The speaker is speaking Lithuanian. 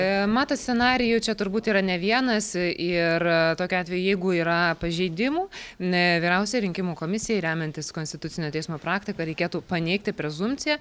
matot scenarijų čia turbūt yra ne vienas ir tokiu atveju jeigu yra pažeidimų ne vyriausiąją rinkimų komisijai remiantis konstitucinio teismo praktiką reikėtų paneigti prezumpciją